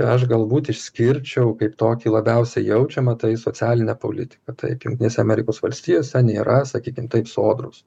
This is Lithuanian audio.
aš galbūt išskirčiau kaip tokį labiausiai jaučiamą tai socialinę politiką taip jungtinėse amerikos valstijose nėra sakykim taip sodros